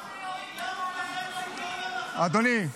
אדוני,